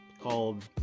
called